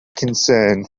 concern